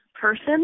person